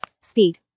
Speed